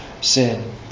sin